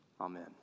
Amen